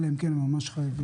אלא אם כן הם ממש חייבים.